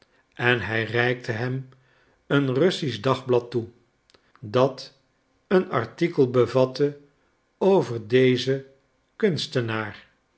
en hij reikte hem een russisch dagblad toe dat een artikel bevatte over dezen kunstenaar